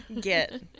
Get